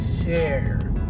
share